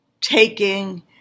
taking